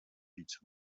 víc